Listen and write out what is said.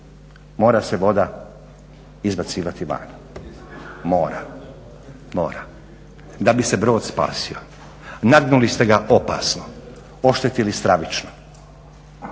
mora se voda izbacivati van. Mora, moram da bi se brod spasio. Nagnuli ste ga opasno, oštetili stravično.